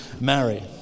marry